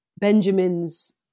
Benjamin's